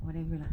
whatever lah